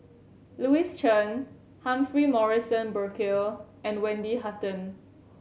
Louis Chen Humphrey Morrison Burkill and Wendy Hutton